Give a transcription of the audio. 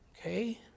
Okay